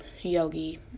Yogi